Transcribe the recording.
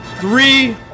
three